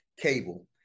cable